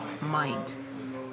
mind